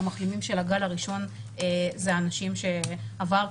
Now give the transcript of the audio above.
המחלימים של הגל הראשון הם אנשים שעברה